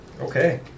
Okay